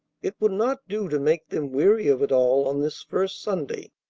it would not do to make them weary of it all on this first sunday.